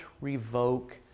revoke